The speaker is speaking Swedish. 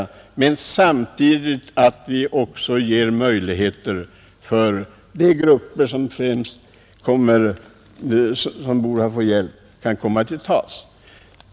Samtidigt måste vi också ge möjligheter åt de grupper som borde få hjälp att komma till tals.